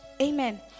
Amen